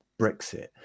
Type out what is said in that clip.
brexit